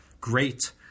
great